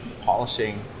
polishing